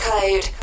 Code